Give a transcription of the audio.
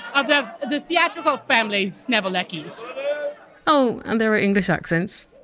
of the the theatrical family sneverleckys oh and the english accents.